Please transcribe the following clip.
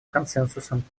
консенсусом